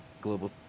global